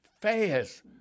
fast